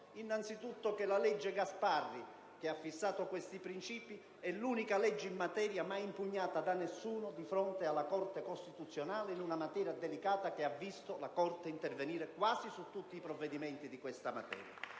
In primo luogo, la legge Gasparri, che ha fissato questi principi, è l'unica legge in materia mai impugnata da nessuno di fronte alla Corte costituzionale, in un settore delicato che ha visto la Corte intervenire su quasi tutti i provvedimenti in questa materia.